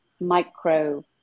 micro